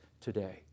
today